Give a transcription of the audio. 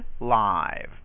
live